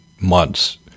months